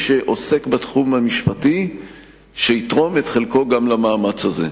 שעוסק בתחום המשפטי שיתרום את חלקו למאמץ הזה.